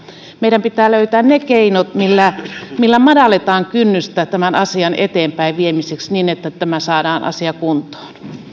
meidän pitää löytää ne keinot millä millä madalletaan kynnystä tämän asian eteenpäinviemiseksi että tämä asia saadaan kuntoon arvoisa